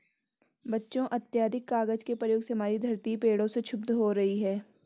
बच्चों अत्याधिक कागज के प्रयोग से हमारी धरती पेड़ों से क्षुब्ध हो रही है